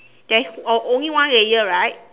there's uh only one layer right